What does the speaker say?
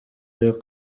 iyo